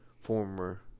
former